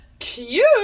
cute